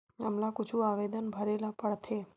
हमला कुछु आवेदन भरेला पढ़थे?